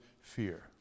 fear